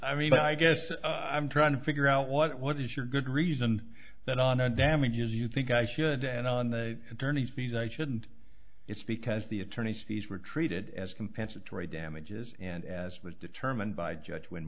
i mean i guess i'm trying to figure out what is your good reason that on no damages you think i should end on the attorney's fees i shouldn't it's because the attorney's fees were treated as compensatory damages and as was determined by judge wh